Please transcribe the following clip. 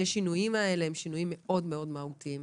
השינויים האלה הם שינויים מאוד מאוד מהותיים.